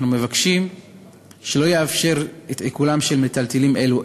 אנחנו מבקשים שלא לאפשר את עיקולם של מיטלטלין אלו.